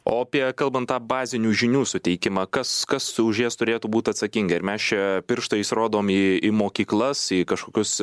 o apie kalbanttą bazinių žinių suteikimą kas kas už jas turėtų būt atsakingi ir mes čia pirštais rodom į mokyklas į kažkokius